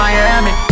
Miami